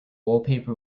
wallpaper